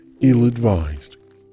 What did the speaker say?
ill-advised